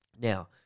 Now